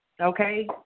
okay